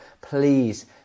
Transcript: Please